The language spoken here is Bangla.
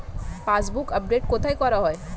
পাসবুক আপডেট কোথায় করা হয়?